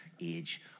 age